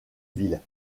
ville